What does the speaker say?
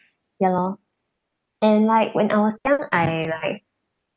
ya lor and like when I was young I like